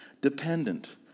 dependent